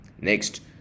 Next